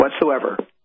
whatsoever